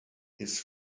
his